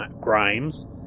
Grimes